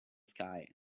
sky